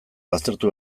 baztertu